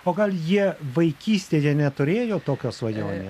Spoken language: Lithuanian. o gal jie vaikystėje neturėjo tokios svajonės